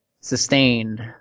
Sustained